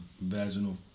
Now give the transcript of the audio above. vaginal